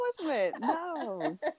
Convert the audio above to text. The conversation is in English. No